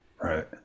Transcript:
right